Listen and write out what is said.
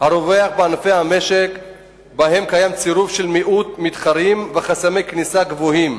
הרווח בענפי המשק שבהם קיים צירוף של מיעוט מתחרים וחסמי כניסה גבוהים.